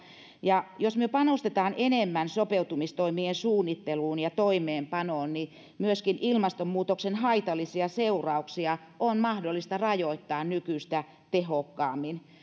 jos me me panostamme enemmän sopeutumistoimien suunnitteluun ja toimeenpanoon niin myöskin ilmastonmuutoksen haitallisia seurauksia on mahdollista rajoittaa nykyistä tehokkaammin